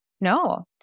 No